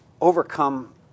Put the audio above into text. overcome